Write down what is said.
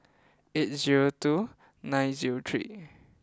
eight zero two nine zero three